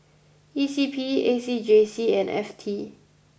E C P A C J C and F T